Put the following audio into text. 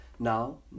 Now